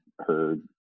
heard